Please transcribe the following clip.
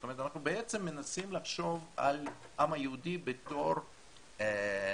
זאת אומרת אנחנו בעצם מנסים לחשוב על העם היהודי בתור נט-וורק,